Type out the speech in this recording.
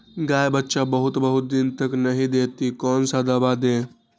गाय बच्चा बहुत बहुत दिन तक नहीं देती कौन सा दवा दे?